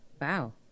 Wow